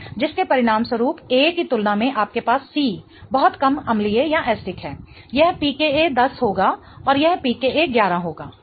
जिसके परिणामस्वरूप A की तुलना में आपके पास C बहुत कम अम्लीय है यह pKa 10 होगा और यह pKa 11 होगा ठीक है